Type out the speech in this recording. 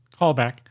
callback